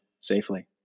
safely